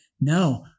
No